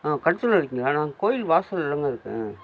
கடத்தெருவில் இருக்கீங்களா நான் கோயில் வாசல்லதாங்க இருக்கேன்